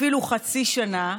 אפילו חצי שנה,